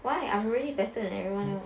why I'm already better than everyone else